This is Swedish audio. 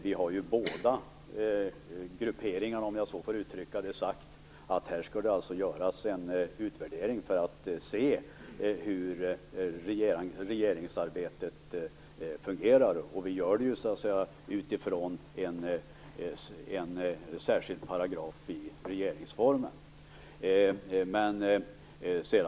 Vi har ju från båda grupperingarnas sida sagt att det med hänvisning till en särskild paragraf i regeringsformen skall göras en utvärdering av hur regeringsarbetet fungerar.